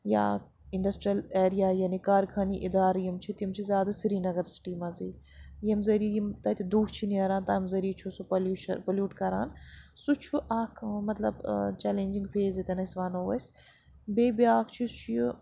یا industrial area یعنی کارخانی اِدارٕ یِم چھِ تِم چھِ زیادٕ سرینگر سِٹی منٛزٕے ییٚمہِ ذٔریعہٕ یِم تَتہِ دُہ چھِ نیران تمہِ ذٔریعہٕ چھُ سُہ پوٚلیوٗشَن پوٚلیوٗٹ کَران سُہ چھُ اَکھ مطلب چَلینجِنٛگ فیس ییٚتٮ۪ن أسۍ وَنو أسۍ بیٚیہِ بیٛاکھ چیٖز چھُ یہِ